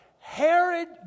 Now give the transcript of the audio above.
herod